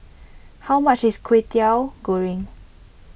how much is Kwetiau Goreng